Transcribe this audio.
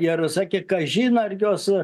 ir sakė kažin ar jos